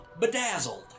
Bedazzled